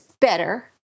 better